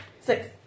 Six